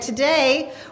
Today